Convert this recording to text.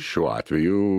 šiuo atveju